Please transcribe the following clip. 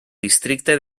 districte